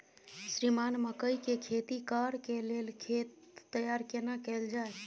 श्रीमान मकई के खेती कॉर के लेल खेत तैयार केना कैल जाए?